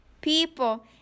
People